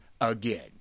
again